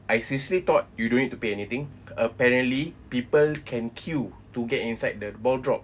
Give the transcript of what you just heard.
I seriously thought you don't need to pay anything apparently people can queue to get inside the ball drop